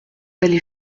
allez